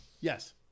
Yes